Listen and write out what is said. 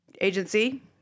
agency